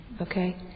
Okay